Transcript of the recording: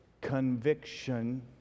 Conviction